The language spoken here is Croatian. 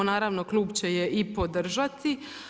Naravno klub će je i podržati.